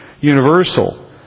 universal